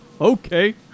Okay